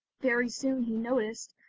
very soon he noticed,